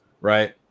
right